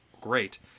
great